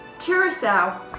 Curacao